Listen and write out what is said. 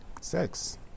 Sex